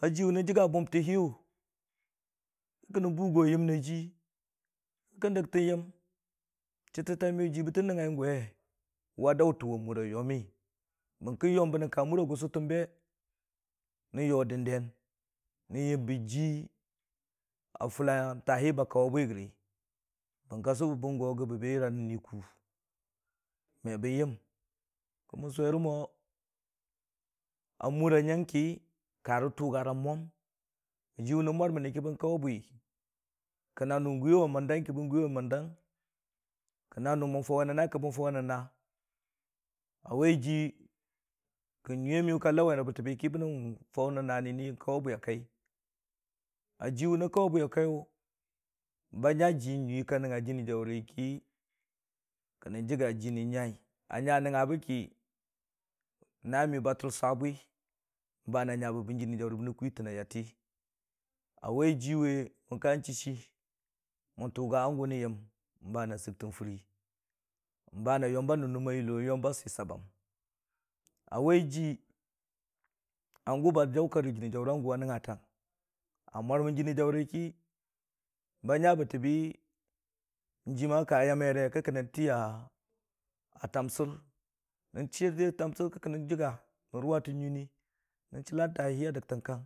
A jiwʊ nən jəgga bʊmtan jiwʊn kə kən nən bʊgo yəmmi a jii, kə kən dəg tən yəm chitteta miyʊ ji bə tə nəngngai gwe, wa daʊtəng wa mara yəmmi, bərki yom bə nən ka mura gʊsətəm be nən yo dəndn, nən yəm bə ji a fʊla taa hi ba kaʊwe bwi gəri, bərka sʊ bə bən go gəbə be yəra ni kʊ me bən yəm, mən sʊwe rə mo, a mura yəngki ka rə tʊgarang mwam, ji nən mʊrməni ki bən kaʊwe bwi kə nən nʊ gwiye wa məndag ki bən gwiyawa mən dag kə nə nʊ mən faʊwe nən naa ki bən faʊwe nən naa, kə nyuiiya miyʊ ka laʊwe nən baətəbi ki, bə nən faʊwe nən naani nən kawʊwe bwi a kai a jiwe nən kaʊwe bwi a kaiyʊ kə nyui, ka nəngnga jɨnii jaʊri ki, kə kənən jəgga ji nən nyai a nya nəngnga ba ki, na miyʊ ba tʊrsa bwi ba na nya bə bən jɨnii jauri bə nən kwitən a yatei. Ajiwe mən ka chii chii mən tʊəa hangʊ nən yəm, ba na səgtən fʊri ba na yom ba nən nəm a yʊlo yom ba sɨ səp. A wai ji hangʊ ba jaʊ kak rə jɨnii jaura gʊ a nəngnga tang, a murmən jɨnii jaʊ ki ba nya bətə bi ji maka yamere kə kən nən tɨya tamsər nən chiya jiya tamsər ki kə nən jəgga nən ruwa tən nyiinii nən chəlla jaahi a dəgtənkan.